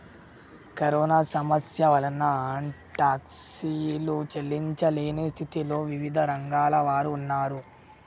corona సమస్య వలన టాక్సీలు చెల్లించలేని స్థితిలో వివిధ రంగాల వారు ఉన్నారు